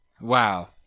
wow